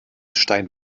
stein